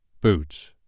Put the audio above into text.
boots